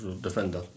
defender